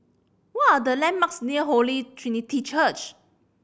what are the landmarks near Holy Trinity Church